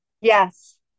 Yes